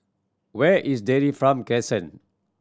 where is Dairy Farm Crescent